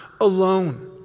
alone